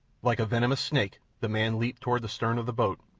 like a venomous snake the man leaped toward the stern of the boat,